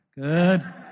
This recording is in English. Good